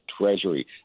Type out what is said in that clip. treasury